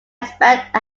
expect